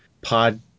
pod